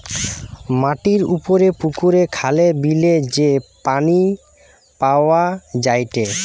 মাটির উপরে পুকুরে, খালে, বিলে যে পানি পাওয়া যায়টে